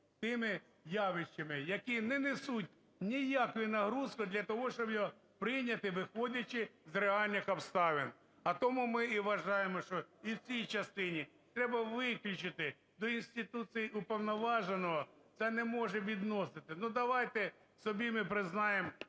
тими явищами, які не несуть ніякої нагрузки для того, щоб його прийняти, виходячи з реальних обставин. А тому ми і вважаємо, що і в цій частині треба виключити, до інституції уповноваженого це не можна відносити. Ну, давайте собі ми признаємо,